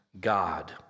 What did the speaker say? God